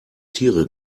tiere